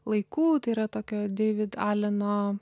laikų tai yra tokio deivid aleno